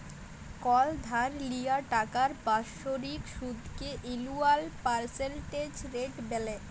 call ধার লিয়া টাকার বাৎসরিক সুদকে এলুয়াল পার্সেলটেজ রেট ব্যলে